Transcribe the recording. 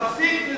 פעם שנייה.